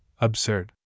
Absurd